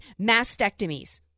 mastectomies